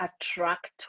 attract